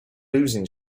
losing